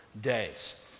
days